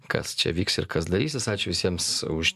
kas čia vyks ir kas darysis ačiū visiems už